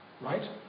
Right